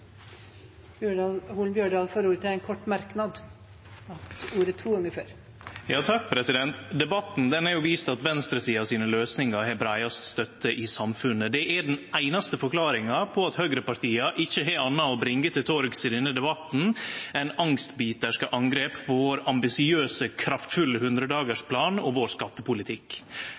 ordet til en kort merknad, begrenset til 1 minutt. Debatten har vist at løysingane til venstresida har breiast støtte i samfunnet. Det er den einaste forklaringa på at høgrepartia ikkje har anna å bringe til torgs i denne debatten enn angstbiterske angrep på vår ambisiøse og kraftfulle hundredagarsplan og vår skattepolitikk.